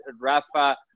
Rafa